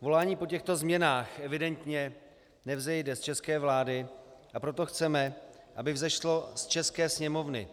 Volání po těchto změnách evidentně nevzejde z české vlády, a proto chceme, aby vzešlo z české sněmovny.